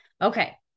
Okay